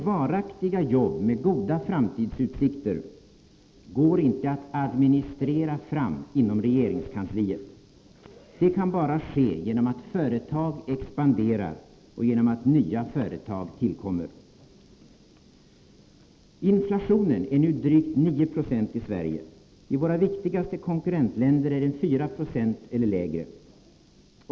Varaktiga jobb med goda framtidsutsikter går inte att administrera fram inom regeringskansliet. Det kan bara ske genom att företag expanderar och genom att nya företag tillkommer. Inflationen är nu drygt 9 90 i Sverige. I våra viktigaste konkurrentländer är den 4 20 eller lägre.